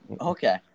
Okay